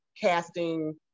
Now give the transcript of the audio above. casting